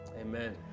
Amen